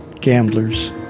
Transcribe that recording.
gamblers